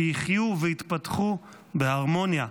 שיחיו ויתפתחו בהרמוניה,